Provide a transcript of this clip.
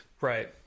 Right